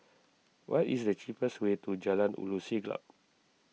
what is the cheapest way to Jalan Ulu Siglap